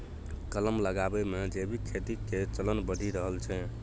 कलम लगाबै मे जैविक खेती के चलन बढ़ि रहल छै